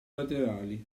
laterali